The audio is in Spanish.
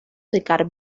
secar